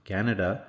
Canada